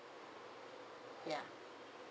ya